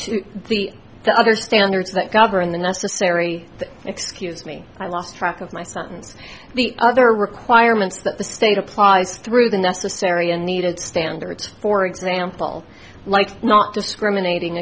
to the other standards that govern the necessary excuse me i lost track of my sentence the other requirements that the state applies through the necessary and needed standards for example like not discriminating